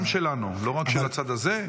גם שלנו, לא רק של הצד הזה.